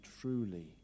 truly